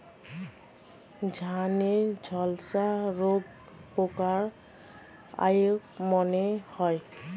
ধানের ঝলসা রোগ পোকার আক্রমণে হয়?